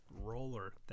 roller